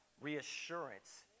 reassurance